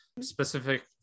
specific